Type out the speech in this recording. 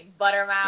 Buttermouth